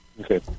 Okay